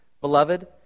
Beloved